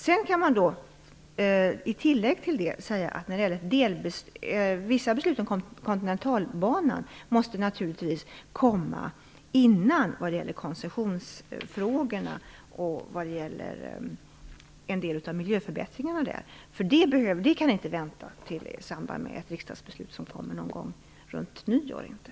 Som ett tillägg till detta kan sägas att vissa beslut om Kontinentalbanan som gäller koncessionsfrågorna och en del av miljöförbättringarna, naturligtvis måste fattas innan riksdagsbeslut fattas någon gång runt nyår. Dessa beslut kan inte vänta till dess.